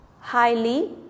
highly